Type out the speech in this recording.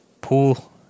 pool